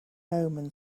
omen